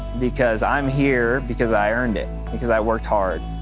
because i'm here because i earned it. because i worked hard.